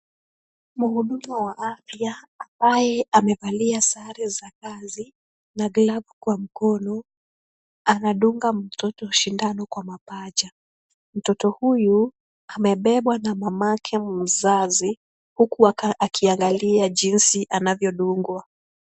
Mhudumu wa afya ambaye amevalia sare za kazi na glavu kwa mkono, anadunga mtoto sindano kwa mapaja. Mtoto huyu amebebwa na mamake mzazi huku aka akiangalia jinsi anavyodungwa.